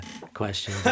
question